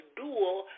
dual